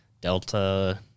Delta